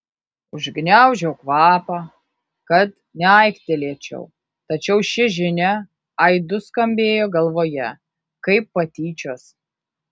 užgniaužiau kvapą kad neaiktelėčiau tačiau ši žinia aidu skambėjo galvoje kaip patyčios